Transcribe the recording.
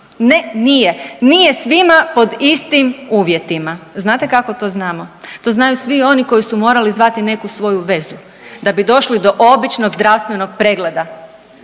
Ne nije. Nije svima pod istim uvjetima. Znate kako to znamo? To znaju svi oni koji su morali zvati neku svoju vezu da bi došli do običnog zdravstvenog pregleda